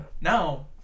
Now